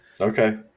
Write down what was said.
okay